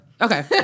Okay